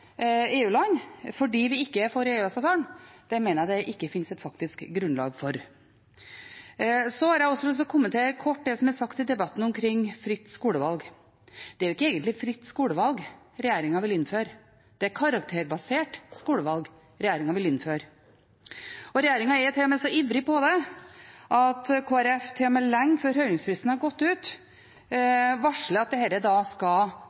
fordi vi ikke er for EØS-avtalen, mener jeg det ikke finnes et faktisk grunnlag for. Så har jeg lyst til å kommentere kort det som er sagt i debatten omkring fritt skolevalg. Det er egentlig ikke fritt skolevalg regjeringen vil innføre. Det er karakterbasert skolevalg regjeringen vil innføre. Regjeringen er til og med så ivrig på det at Kristelig Folkeparti lenge før høringsfristen har gått ut, varsler at